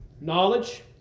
knowledge